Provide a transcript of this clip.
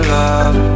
love